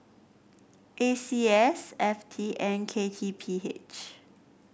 A C S F T and K T P H